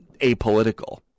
apolitical